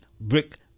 Brick